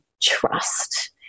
trust